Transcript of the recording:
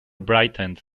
brightened